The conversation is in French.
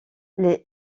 les